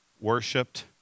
Worshipped